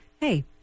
hey